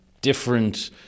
different